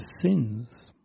sins